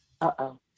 Uh-oh